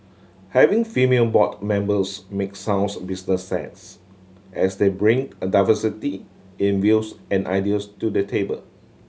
having female board members make sounds business sense as they bring a diversity in views and ideas to the table